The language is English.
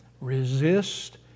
Resist